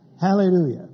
Hallelujah